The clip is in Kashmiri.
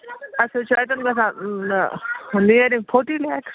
اَسُہ چھُ اَتٮ۪ن گژھان نیرلی فورٹی لیک